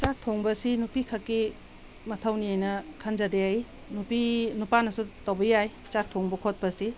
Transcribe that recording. ꯆꯥꯛ ꯊꯣꯡꯕ ꯑꯁꯤ ꯅꯨꯄꯤ ꯈꯛꯀꯤ ꯃꯊꯧꯅꯦꯅ ꯈꯟꯖꯗꯦ ꯑꯩ ꯅꯨꯄꯤ ꯅꯨꯄꯥꯅꯁꯨ ꯇꯧꯕ ꯌꯥꯏ ꯆꯥꯛ ꯊꯣꯡꯕ ꯈꯣꯠꯄꯁꯤ